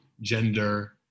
gender